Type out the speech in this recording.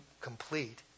complete